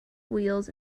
wheels